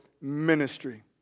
ministry